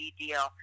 deal